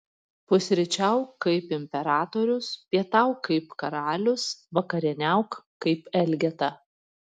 pusryčiauk kaip imperatorius pietauk kaip karalius vakarieniauk kaip elgeta